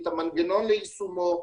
את המנגנון ליישומו,